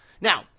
Now